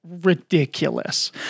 ridiculous